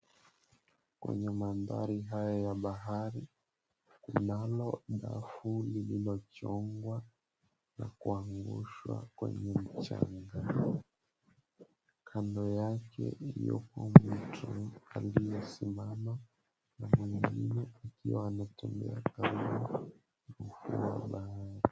Kwenye madhari haya ya bahari kunalo dafu lililo chongwa na kuangushwa kwenye mchanga kando yake mtu aliyesimama akitembea kando ya ufuo wa bahari.